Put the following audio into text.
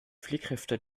fliehkräfte